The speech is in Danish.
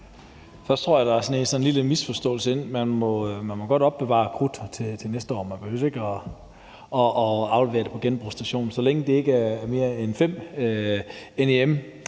Først tror jeg, at der har sneget sig en lille misforståelse ind. Man må godt opbevare krudt til næste år. Man behøver ikke at aflevere det på genbrugsstationen. Så længe det ikke er mere end 5 NEM,